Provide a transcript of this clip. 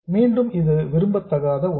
மீண்டும் இது விரும்பத்தகாத ஒன்று